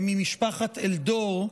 ממשפחת אלדור.